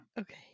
Okay